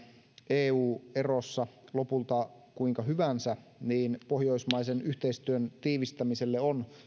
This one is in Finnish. eu erossa lopulta kuinka hyvänsä niin pohjoismaisen yhteistyön tiivistämiselle on